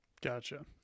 Gotcha